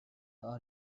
are